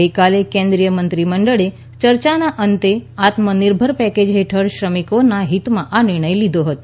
ગઈકાલે કેન્દ્રીય મંત્રીમંડળે ચર્ચાના અંતે આત્મનિર્ભર પેકેજ હેઠળ શ્રમિકોના હિતમાં આ નિર્ણય લીધો હતો